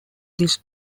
this